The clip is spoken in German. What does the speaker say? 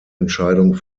entscheidung